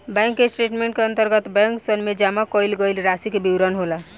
bank statement के अंतर्गत बैंकसन में जमा कईल गईल रासि के विवरण होला